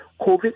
COVID